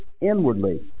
inwardly